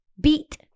Beat